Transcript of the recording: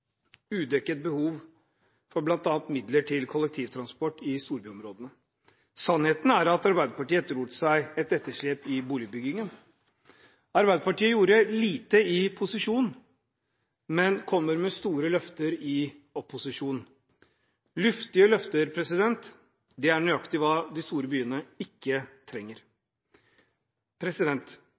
udekket behov for bl.a. midler til kollektivtransport i storbyområdene. Sannheten er at Arbeiderpartiet etterlot seg et etterslep i boligbyggingen. Arbeiderpartiet gjorde lite i posisjon, men kommer med store løfter i opposisjon. Luftige løfter er nøyaktig hva de store byene ikke trenger.